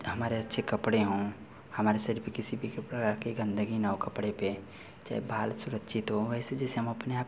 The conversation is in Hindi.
हमारे अच्छे कपड़े हों हमारे शरीर पर किसी भी तरह की गंदगी ना हो कपड़े पर चाहे बाल सुरक्षित हो ऐसे जैसे हम अपने आप